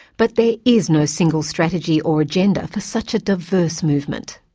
but there is no single strategy or agenda for such a diverse movement.